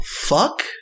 fuck